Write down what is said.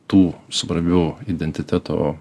tų svarbių identiteto